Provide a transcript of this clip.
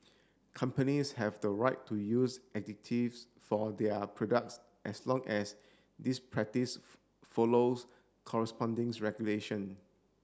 companies have the right to use additives for their products as long as this practice follows correspondings regulation